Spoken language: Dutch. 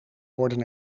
worden